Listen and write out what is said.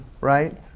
Right